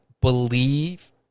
believe